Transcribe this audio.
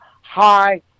high